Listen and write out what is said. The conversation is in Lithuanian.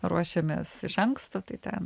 ruošėmės iš anksto tai ten